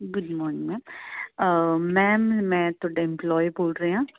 good morning ma'am ਮੈਂ ਤੁਹਾਡੇ employee ਬੋਲ ਰਿਹਾ